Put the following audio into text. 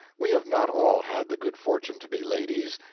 we have not all had the good fortune to be ladies.